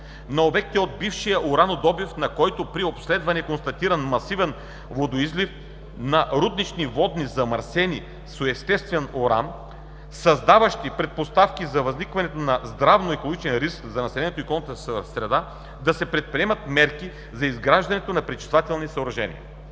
На обекти от бившия уранодобив, на които при обследването е констатиран масивен водоизлив на руднични води, замърсени с естествен уран, създаващи предпоставки за възникването на здравно-екологичен риск за населението и околната среда, да се предприемат мерки за изграждането на пречиствателни съоръжения.